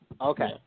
Okay